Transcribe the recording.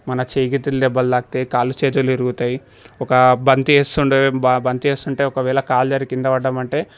మన చేతులు దెబ్బలు తాకుతాయి కాలు చేతులు విరుగుతాయి ఒక బంతి వేస్తుండే బా బంతి వేస్తుంటే ఒకవేళ కాలు జారి కింద పడ్డామంటే